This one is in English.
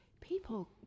people